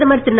பிரதமர் திரு